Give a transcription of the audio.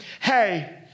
hey